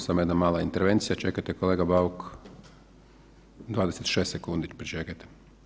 Samo jedna mala intervencija, čekajte kolega Bauk 26 sekundi pričekajte.